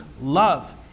love